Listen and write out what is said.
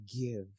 give